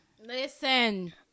Listen